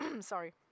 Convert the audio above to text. sorry